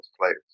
players